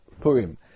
Purim